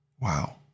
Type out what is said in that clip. Wow